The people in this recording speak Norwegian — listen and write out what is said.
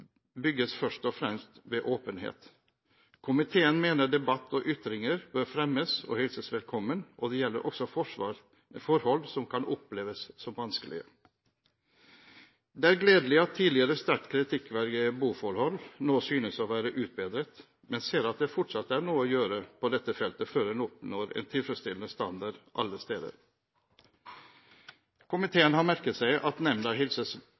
bygges først og fremst ved åpenhet. Komiteen mener debatt og ytringer bør fremmes og hilses velkommen, og det gjelder også forhold som kan oppleves som vanskelige. Det er gledelig at tidligere sterkt kritikkverdige boforhold nå synes å være utbedret, men komiteen ser at det fortsatt er noe å gjøre på dette feltet før en oppnår en tilfredsstillende standard alle steder. Komiteen har merket seg at nemnda